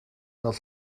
fel